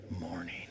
morning